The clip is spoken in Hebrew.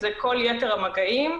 זה שירותי בריאות